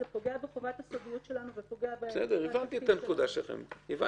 זה פוגע בחובת הסודיות שלנו ופוגע --- הבנתי את הנקודה הזאת.